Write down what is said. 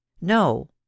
No